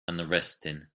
unresting